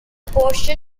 portion